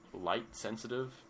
light-sensitive